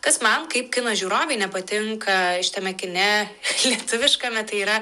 kas man kaip kino žiūrovei nepatinka šitame kine lietuviškame tai yra